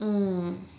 mm